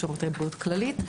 שירותי בריאות כללית.